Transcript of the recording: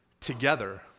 together